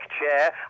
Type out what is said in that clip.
chair